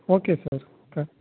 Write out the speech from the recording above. okay sir அப்புறம்